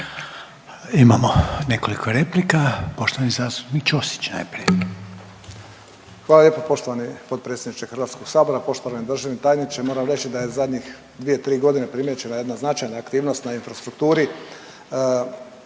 Imamo nekoliko replika, poštovani zastupnik Ćosić najprije. **Ćosić, Pero (HDZ)** Hvala lijepo poštovani potpredsjedniče HS-a, poštovani državni tajniče. Moram reći da je zadnjih 2, 3 godine primijećena jedna značajna aktivnost na infrastrukturi